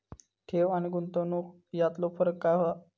ठेव आनी गुंतवणूक यातलो फरक काय हा?